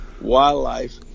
wildlife